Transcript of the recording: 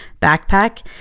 backpack